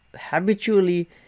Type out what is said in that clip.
habitually